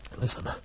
Listen